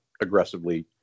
aggressively